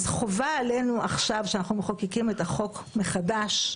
חובה עלינו עכשיו, כשאנחנו מחוקקים את החוק מחדש,